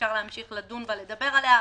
שאפשר להמשיך לדבר ולדון על ההסתייגות הזו,